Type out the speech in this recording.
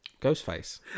Ghostface